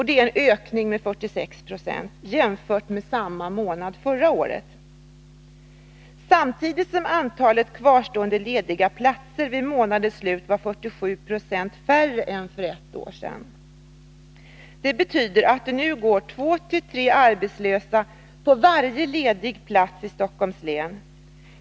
Det är en ökning med 46 90 jämfört med samma månad förra året, samtidigt som antalet kvarstående lediga platser vid månadens slut var 47 76 mindre än för ett år sedan. Det betyder att det nu går två tre arbetslösa på varje ledig plats i Stockholms län.